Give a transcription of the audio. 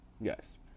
yes